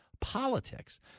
politics